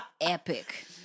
epic